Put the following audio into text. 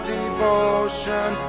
devotion